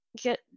get